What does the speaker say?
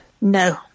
No